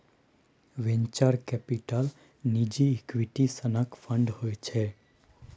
venture capital निजी equity सनक fund होइ छै